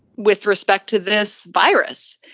with respect to this virus,